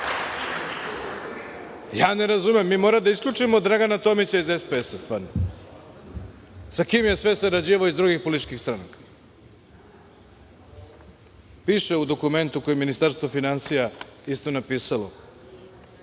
DS, ne razumem, mi moramo da isključimo Dragana Tomića iz SPS, stvarno, sa kime je sve sarađivao iz drugih političkih stranaka. Piše u dokumentu koje je Ministarstvo finansija isto napisalo,